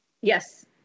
Yes